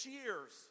years